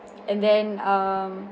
and then um